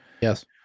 yes